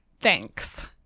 thanks